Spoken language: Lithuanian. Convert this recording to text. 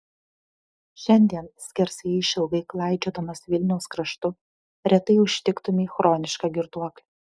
šiandien skersai išilgai klaidžiodamas vilniaus kraštu retai užtiktumei chronišką girtuoklį